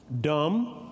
dumb